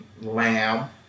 lamb